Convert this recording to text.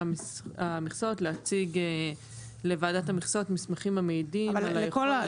המכסות להציג לוועדת המכסות מסמכים המעידים על היכולת.